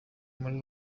muri